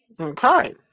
Okay